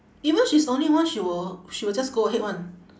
even she's only one she will she will just go ahead [one]